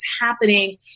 happening